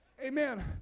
Amen